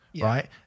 right